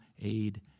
aid